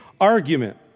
argument